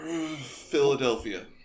Philadelphia